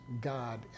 God